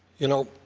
you know,